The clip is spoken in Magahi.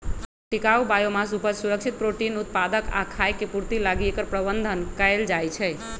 टिकाऊ बायोमास उपज, सुरक्षित प्रोटीन उत्पादक आ खाय के पूर्ति लागी एकर प्रबन्धन कएल जाइछइ